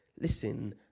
listen